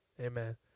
Amen